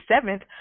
seventh